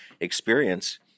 experience